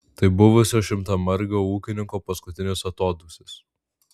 tai buvusio šimtamargio ūkininko paskutinis atodūsis